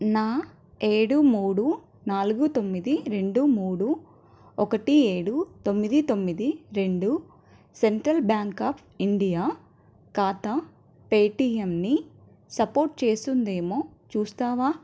నా ఏడు మూడు నాలుగు తొమ్మిది రెండు మూడు ఒకటి ఏడు తొమ్మిది తొమ్మిది రెండు సెంట్రల్ బ్యాంక్ ఆఫ్ ఇండియా ఖాతా పేటిఎంనీ సపోర్టు చేస్తుందేమో చూస్తావా